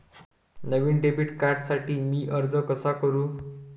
नवीन debit कार्डसाठी मी अर्ज कसा करू?